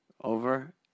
over